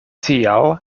tial